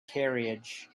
carriage